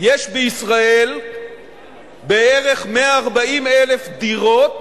יש בישראל בערך 140,000 דירות